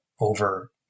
over